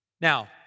Now